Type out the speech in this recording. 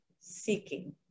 seeking